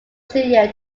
studio